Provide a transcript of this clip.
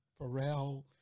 Pharrell